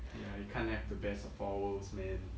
ya you can't have the best of all worlds man